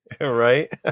Right